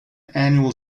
annual